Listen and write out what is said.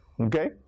Okay